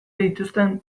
dituzten